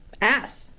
Ass